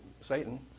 Satan